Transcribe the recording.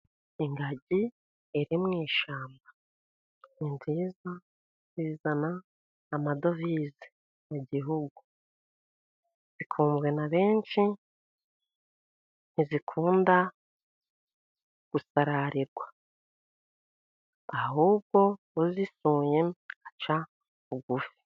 Ingagi iri mu ishyamba. Ni nziza zizana amadovize mu Gihugu. Zikunzwe na benshi. Ntizikunda gusagararirwa ahubwo uzisuye aca bugufi.